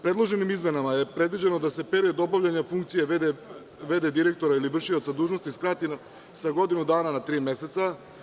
Predloženim izmenama je predviđeno da se period obavljanja funkcije v.d. direktora ili vršioca dužnosti skrati sa godinu dana na tri meseca.